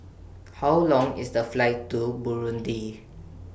How Long IS The Flight to Burundi